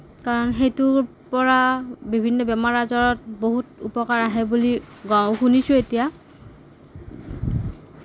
কাৰণ সেইটোৰ পৰা বিভিন্ন বেমাৰ আজাৰত বহুত উপকাৰ আহে বুলি শুনিছোঁ এতিয়া